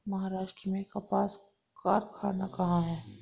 महाराष्ट्र में कपास कारख़ाना कहाँ है?